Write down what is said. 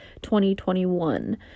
2021